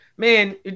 Man